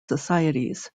societies